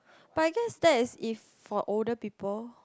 but I guess that is if for older people